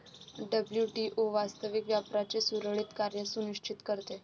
WTO वास्तविक व्यापाराचे सुरळीत कार्य सुनिश्चित करते